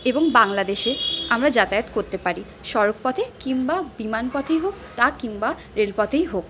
এবং বাংলাদেশে আমরা যাতায়াত করতে পারি সড়কপথে কিংবা বিমানপথেই হোক বা কিংবা রেলপথেই হোক